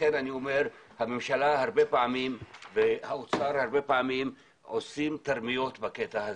לכן הממשלה והאוצר עושים הרבה פעמים תרמיות בקטע הזה.